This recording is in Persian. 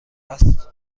است